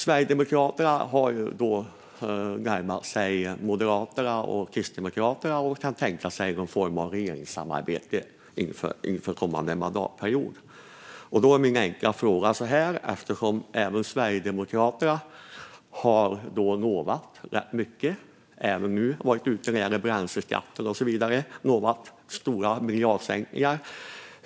Sverigedemokraterna har närmat sig Moderaterna och Kristdemokraterna och kan tänka sig någon form av regeringssamarbete under kommande mandatperiod. Sverigedemokraterna har lovat rätt mycket. Man har när det gäller bränsleskatten och så vidare lovat stora miljardsänkningar.